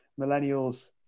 millennials